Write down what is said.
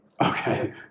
Okay